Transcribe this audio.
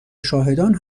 شاهدان